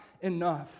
enough